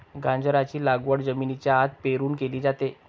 गाजराची लागवड जमिनीच्या आत पेरून केली जाते